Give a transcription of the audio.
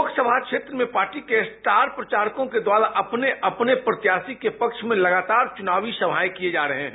लोकसभा क्षेत्र में पार्टी के स्टार प्रचारकों के द्वारा अपने अपने प्रत्याशी के पक्ष में लगातार चुनावी सभाए किये जा रहे हैं